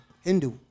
Hindu